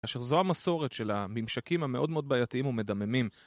אשר זו המסורת של הממשקים המאוד מאוד בעייתיים ומדממים